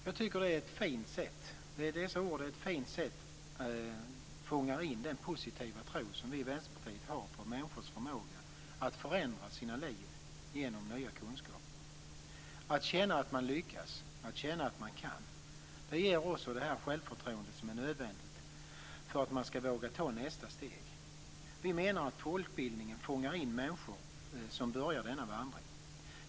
Jag tycker att dessa ord på ett fint sätt fångar in den positiva tro som vi i Vänsterpartiet har på människors förmåga att förändra sina liv genom nya kunskaper. Att känna att man lyckas, att känna att man kan, ger också det självförtroende som är nödvändigt för att man skall våga ta nästa steg. Vi menar att folkbildningen fångar in människor som börjar denna vandring.